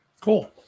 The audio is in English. Cool